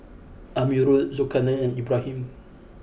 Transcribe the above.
Amirul Zulkarnain and Ibrahim